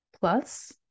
plus